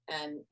and-